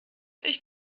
euch